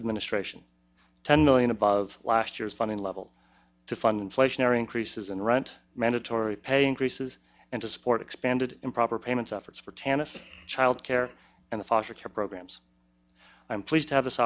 administration ten million above last year's funding level to fund inflationary increases in rent mandatory pay increases and to support expanded improper payments efforts for tanis child care and foster care programs i'm pleased to have this